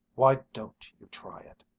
why don't you try it!